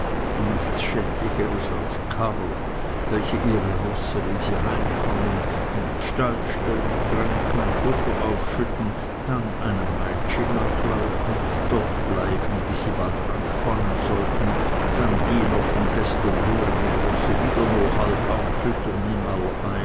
nichts schändlicheres als karrer welche ihre rosse wenn sie heimkommen in stall stellen tränken futter aufschütten dann einem meitschi nachlaufen dort bleiben bis sie bald anspannen sollten dann die noch von gestern hungrigen rosse wieder nur halb abfüttern